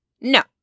No